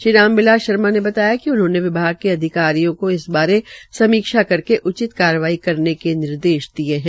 श्री राम बिलास शर्मा ने बताया कि उन्होंने विभाग के अधिकारियों को इस बारे समीक्ष्ज्ञा करके उचित कार्रवाई करने के निर्देश दिये है